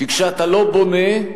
כי כשאתה לא בונה,